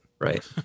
Right